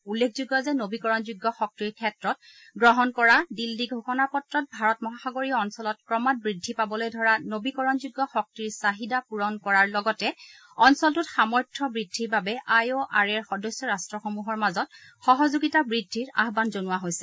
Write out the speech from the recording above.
উল্লেখযোগ্য যে নবীকৰণ যোগ্য শক্তিৰ ক্ষেত্ৰত গ্ৰহণ কৰা দিল্লী ঘোষণা পত্ৰত ভাৰত মহাসাগৰীয় অঞ্চলত ক্ৰমাৎ বৃদ্ধি পাবলৈ ধৰা নবীকৰণযোগ্য শক্তিৰ চাহিদা পূৰণ কৰাৰ লগতে অঞ্চলটোত সামৰ্থ্য বৃদ্ধিৰ বাবে আই অ' আৰ এ ৰ সদস্য ৰাট্টসমূহৰ মাজত সহযোগিতা বৃদ্ধিৰ আহ্বান জনোৱা হৈছে